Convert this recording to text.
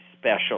special